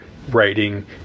Writing